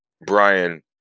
Brian